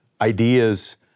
ideas